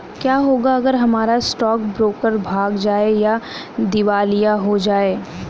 क्या होगा अगर हमारा स्टॉक ब्रोकर भाग जाए या दिवालिया हो जाये?